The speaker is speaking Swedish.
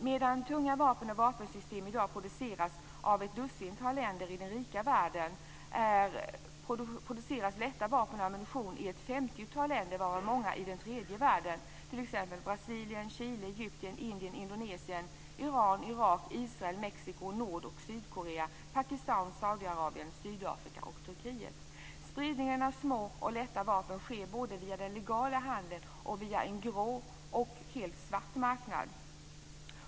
Medan tunga vapen och vapensystem i dag produceras av ett dussintal länder i den rika världen produceras lätta vapen och ammunition i ett 50-tal länder, varav många tillhör tredje världen. Det är t.ex. Brasilien, Chile, Egypten, Indien, Indonesien, Iran, Irak, Israel, Mexiko, Nord och Sydkorea, Pakistan, Saudiarabien, Sydafrika och Turkiet. Spridningen av små och lätta vapen sker både genom legal handel och via en grå och en helt svart marknad.